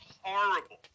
horrible